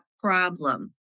problem